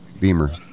Beamer